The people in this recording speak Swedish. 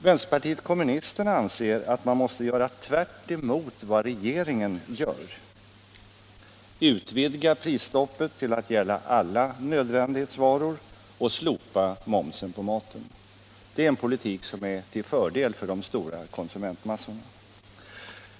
Vänsterpartiet kommunisterna anser att man måste göra tvärtemot vad regeringen gör: utvidga prisstoppet till att gälla alla nödvändighetsvaror och slopa momsen på maten. Det är en politik som är till fördel för de stora konsumentmassorna.